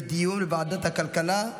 לדיון בוועדת הכלכלה.